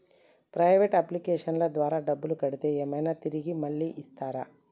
Private అప్లికేషన్ల ద్వారా డబ్బులు కడితే ఏమైనా తిరిగి మళ్ళీ ఇస్తరా?